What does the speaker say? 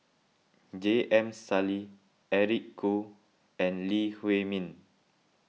J M Sali Eric Khoo and Lee Huei Min